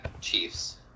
Chiefs